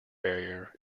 barrier